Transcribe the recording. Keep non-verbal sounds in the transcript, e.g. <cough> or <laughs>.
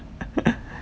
<laughs>